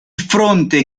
fronte